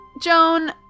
Joan